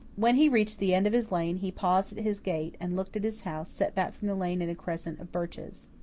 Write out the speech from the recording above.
when he reached the end of his lane, he paused at his gate, and looked at his house, set back from the lane in a crescent of birches.